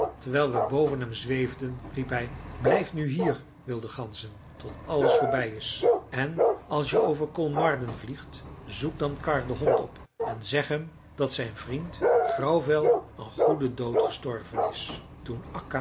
terwijl we boven hem zweefden riep hij blijf nu hier wilde ganzen tot alles voorbij is en als je over kolmarden vliegt zoek dan karr den hond op en zeg hem dat zijn vriend grauwvel een goeden dood gestorven is toen